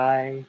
Bye